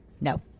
No